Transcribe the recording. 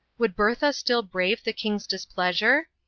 would bertha still brave the king's displeasure?